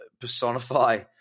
personify